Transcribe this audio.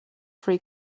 free